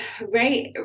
right